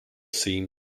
seen